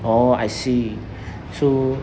oh I see so